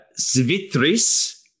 Svitris